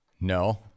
No